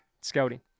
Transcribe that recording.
scouting